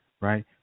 right